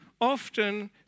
often